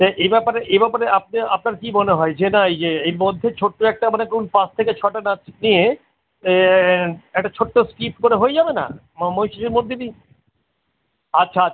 তা এ ব্যাপারে এ ব্যাপারে আপনি আপনার কী মনে হয় যে না ইয়ে এর মধ্যে ছোট্টো একটা মানে ধরুন পাঁচ থেকে ছটা নাচ নিয়ে একটা ছোট্ট স্কিট করে হয়ে যাবে না মা মহিষাসুরমর্দিনী আচ্ছা আচ্ছা